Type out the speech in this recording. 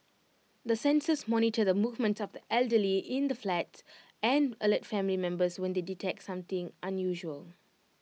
the sensors monitor the movements of the elderly in the flats and alert family members when they detect something unusual